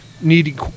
need